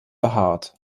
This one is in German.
behaart